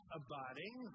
abiding